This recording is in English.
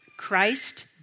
Christ